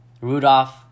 Rudolph